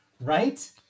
right